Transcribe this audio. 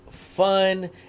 fun